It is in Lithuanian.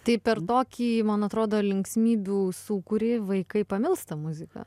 tai per tokį man atrodo linksmybių sūkurį vaikai pamilsta muziką